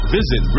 Visit